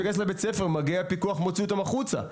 להיכנס לבית הספר ואז מגיע הפיקוח ומוציא אותם החוצה.